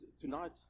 Tonight